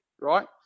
right